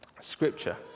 Scripture